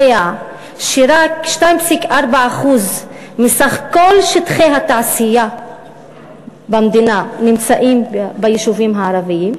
שרק 2.4% מסך כל שטחי התעשייה במדינה נמצאים ביישובים הערביים?